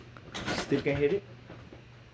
still can hear it